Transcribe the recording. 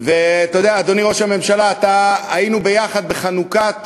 ואתה יודע, אדוני ראש הממשלה, היינו ביחד בחנוכת